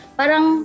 parang